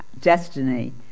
destiny